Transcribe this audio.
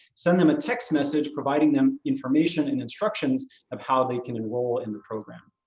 send them a text message, providing them information and instructions of how they can enroll in the program.